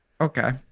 Okay